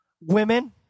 Women